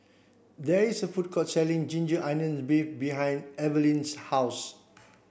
there is a food court selling ginger onions beef behind Eveline's house